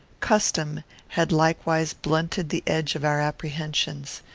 custom had likewise blunted the edge of our apprehensions.